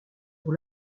pour